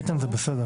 איתן זה בסדר.